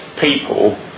people